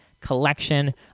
collection